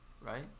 right